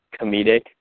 comedic